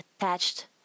attached